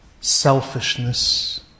selfishness